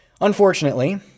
Unfortunately